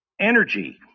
energy